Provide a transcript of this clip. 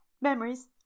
Memories